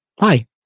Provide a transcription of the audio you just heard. Hi